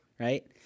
right